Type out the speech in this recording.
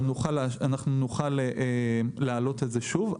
אנחנו נוכל להעלות את זה שוב.